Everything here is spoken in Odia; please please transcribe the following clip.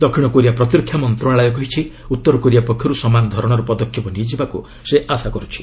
ଦକ୍ଷିଣ କୋରିଆ ପ୍ରତିରକ୍ଷା ମନ୍ତ୍ରଣାଳୟ କହିଛି ଉତ୍ତର କୋରିଆ ପକ୍ଷରୁ ସମାନ ଧରଣର ପଦକ୍ଷେପ ନିଆଯିବାକୁ ସେ ଆଶା କରୁଛି